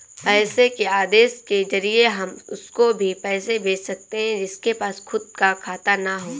पैसे के आदेश के जरिए हम उसको भी पैसे भेज सकते है जिसके पास खुद का खाता ना हो